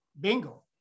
bingo